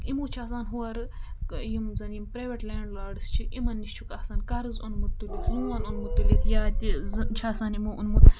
اِمو چھِ آسان ہورٕ یِم زَن یِم پرٛیویٹ لینٛڈ لاڈٕس چھِ یِمَن نِش چھُکھ آسان قرض اوٚنمُت تُلِتھ لون اوٚنمُت تُلِتھ یا تہِ زَن چھِ آسان یِمو اوٚنمُت